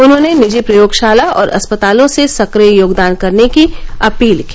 उन्होंने निजी प्रयोगशाला और अस्पतालों से सक्रिय योगदान करने की अपील की